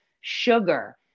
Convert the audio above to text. sugar